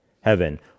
heaven